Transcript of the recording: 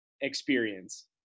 experience